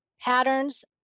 patterns